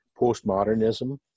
postmodernism